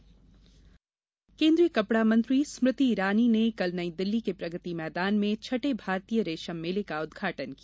स्मृति रेशम मेला केन्द्रीय कपड़ामंत्री स्मृति ईरानी ने कल नई दिल्ली के प्रगति मैदान में छठे भारतीय रेशम मेले का उद्घाटन किया